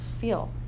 feel